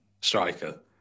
striker